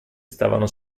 stavano